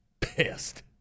pissed